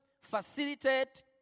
facilitate